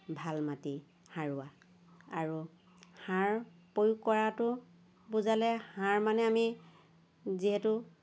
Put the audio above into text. ভাল মাটি সাৰুৱা আৰু সাৰ প্ৰয়োগ কৰাটো বুজাবলৈ সাৰ মানে আমি যিহেতু